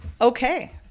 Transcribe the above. Okay